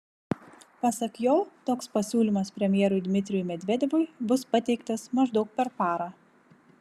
pasak jo toks pasiūlymas premjerui dmitrijui medvedevui bus pateiktas maždaug per parą